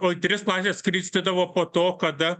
o į tris klases skristydavo po to kada